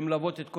שמלוות את כל